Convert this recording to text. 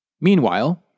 Meanwhile